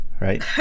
right